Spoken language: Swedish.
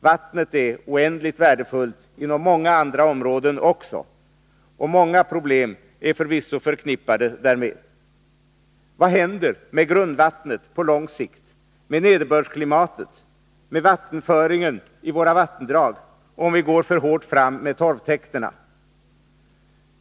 Vattnet är oändligt värdefullt inom många andra områden också, och många problem är förvisso förknippade därmed. Vad händer på lång sikt med grundvattnet, med nederbördsklimatet, med vattenföringen i våra vattendrag, om vi går för hårt fram med torvtäkterna?